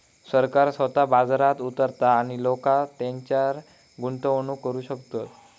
सरकार स्वतः बाजारात उतारता आणि लोका तेच्यारय गुंतवणूक करू शकतत